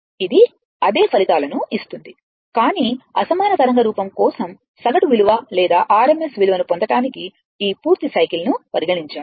ఇది అదే ఫలితాలను ఇస్తుంది కానీ అసమాన తరంగ రూపం కోసం సగటు విలువ లేదా RMS విలువను పొందడానికి పూర్తి సైకిల్ ను పరిగణించాలి